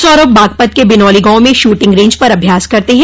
सौरभ बागपत के बिनौली गांव में शूटिंग रेंज पर अभ्यास करते हैं